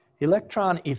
Electron